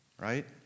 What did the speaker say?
right